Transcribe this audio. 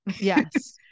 Yes